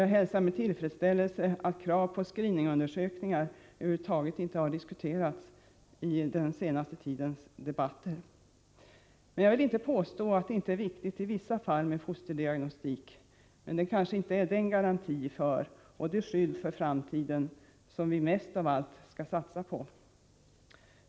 Jag hälsar med tillfredsställelse att krav på screening-undersökningar över huvud taget inte har diskuterats i den senaste tidens debatter. Jag vill inte påstå att det inte är viktigt i vissa fall med fosterdiagnostik, men det kanske inte är den garanti och det skydd för framtiden som vi mest av allt skall satsa på.